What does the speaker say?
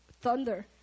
thunder